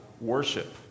worship